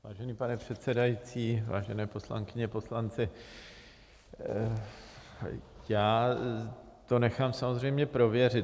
Vážený pane předsedající, vážené poslankyně, poslanci, já to nechám samozřejmě prověřit.